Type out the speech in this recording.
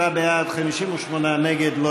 57 בעד, 58 נגד.